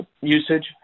usage